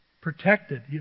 Protected